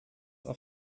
auf